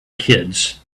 kids